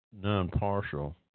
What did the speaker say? non-partial